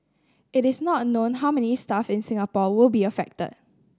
it is not known how many staff in Singapore will be affect